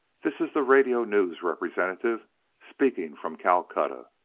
this is the radio-news representative speaking from calcutta.